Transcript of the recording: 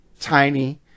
Tiny